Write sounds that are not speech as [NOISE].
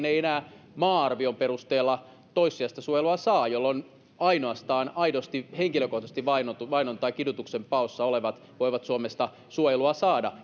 [UNINTELLIGIBLE] ei enää maa arvion perusteella toissijaista suojelua saa jolloin ainoastaan aidosti henkilökohtaisesti vainotut vainoa tai kidutusta paossa olevat voivat suomesta suojelua saada [UNINTELLIGIBLE]